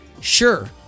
Sure